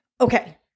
okay